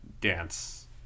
dance